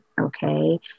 Okay